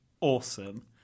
awesome